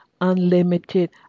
unlimited